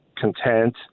content